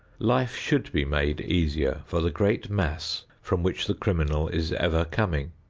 life should be made easier for the great mass from which the criminal is ever coming.